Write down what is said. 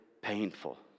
painful